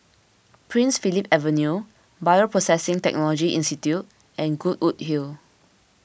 Prince Philip Avenue Bioprocessing Technology Institute and Goodwood Hill